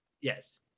Yes